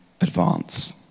advance